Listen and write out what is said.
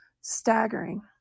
staggering